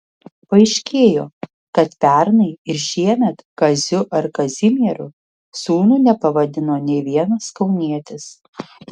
paaiškėjo kad pernai ir šiemet kaziu ar kazimieru sūnų nepavadino nė vienas kaunietis